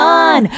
on